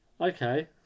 Okay